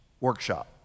workshop